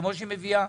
כמו שהיא מביאה